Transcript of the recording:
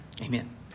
amen